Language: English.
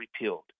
repealed